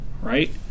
right